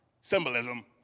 symbolism